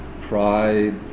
pride